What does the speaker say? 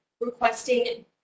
requesting